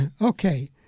okay